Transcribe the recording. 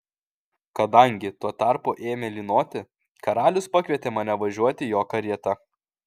kadangi tuo tarpu ėmė lynoti karalius pakvietė mane važiuoti jo karieta